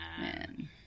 man